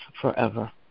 forever